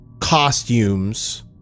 costumes